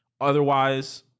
Otherwise